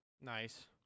Nice